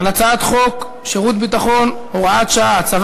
על הצעת חוק שירות ביטחון (הוראת שעה) (הצבת